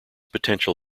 potential